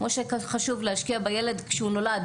זה כמו שחשוב להשקיע בילד כשהוא נולד,